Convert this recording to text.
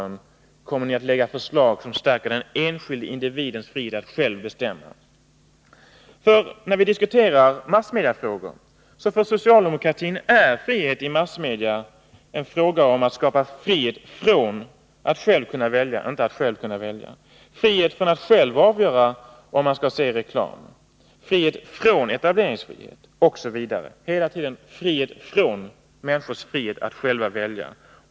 När vi diskuterar massmediefrågor, så är för socialdemokratin frihet i massmedia en fråga om att skapa frihet från att själv kunna välja — inte frihet att själv kunna välja. Det är frihet från att själv avgöra om man skall se reklam, frihet från etableringsfrihet osv. Hela tiden är det frihet från människors frihet att själva välja.